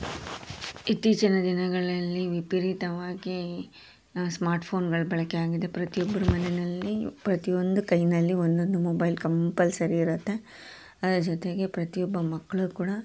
ಇತ್ತೀಚಿನ ದಿನಗಳಲ್ಲಿ ವಿಪರೀತವಾಗಿ ನಾವು ಸ್ಮಾರ್ಟ್ಫೋನ್ಗಳ ಬಳಕೆಯಾಗಿದೆ ಪ್ರತಿ ಒಬ್ರ ಮನೆಯಲ್ಲಿ ಪ್ರತಿ ಒಂದು ಕೈಯಲ್ಲಿ ಒಂದೊಂದು ಮೊಬೈಲ್ ಕಂಪಲ್ಸರಿ ಇರುತ್ತೆ ಅದರ ಜೊತೆಗೆ ಪ್ರತಿಯೊಬ್ಬ ಮಕ್ಕಳು ಕೂಡ